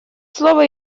слово